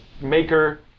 maker